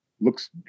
looks